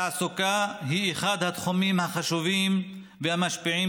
התעסוקה היא אחד התחומים החשובים והמשפיעים